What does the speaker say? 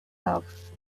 love